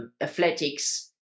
athletics